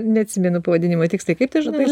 neatsimenu pavadinimo tiksliai kaip tas žurnalas